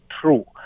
true